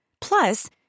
Plus